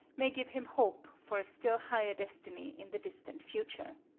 may give him hope for a still higher destiny in the distant future.